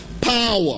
power